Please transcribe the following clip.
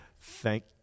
Thank